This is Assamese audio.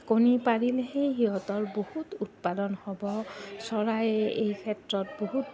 কণী পাৰিলেহে সেই সিহঁতৰ বহুত উৎপাদন হ'ব চৰাই এই ক্ষেত্ৰত বহুত